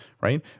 right